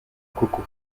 coco